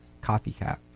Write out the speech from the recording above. copycat